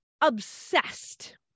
obsessed